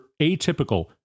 atypical